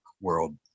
world